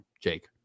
Jake